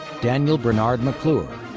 daniel bernard mcclure.